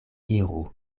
iru